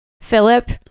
Philip